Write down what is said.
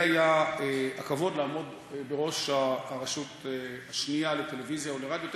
ולי היה הכבוד לעמוד בראש הרשות השנייה לטלוויזיה ולרדיו.